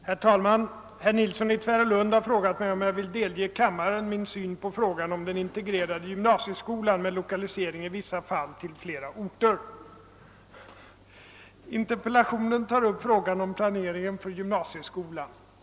Herr talman! Herr Nilsson i Tvärålund har frågat mig, om jag vill delge kammaren min syn på frågan om den integrerade gymnasieskolan med lokalisering i vissa fall till flera orter. Interpellationen tar upp frågan om planeringen för gymnasieskolan.